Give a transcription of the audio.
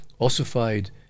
ossified